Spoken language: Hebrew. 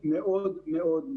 כמעט מראשית משבר